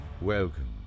Welcome